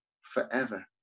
forever